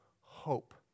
hope